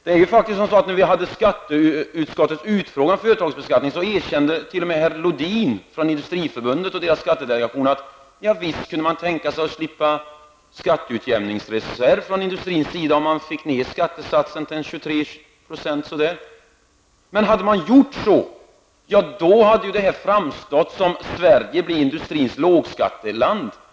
När vi i skatteutskottet hade en utfrågning om företagsbeskattning erkände t.o.m. herr Lodin från Industriförbundet och dess skattedelegation att industrin visst kunde tänka sig att slippa skatteutjämningsreserv, om man fick ner skattesatsen till ungefär 23 %. Men hade man gjort så, hade Sverige framstått som industrins lågskatteland.